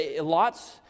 Lot's